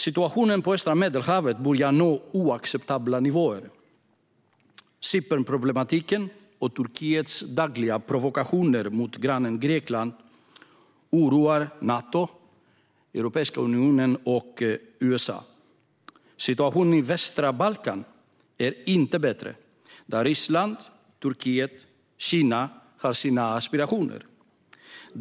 Situationen vid östra Medelhavet börjar nå oacceptabla nivåer. Cypernproblematiken och Turkiets dagliga provokationer mot grannen Grekland oroar Nato, Europeiska unionen och USA. Situationen på västra Balkan är inte bättre. Här har Ryssland, Turkiet och Kina sina aspirationer.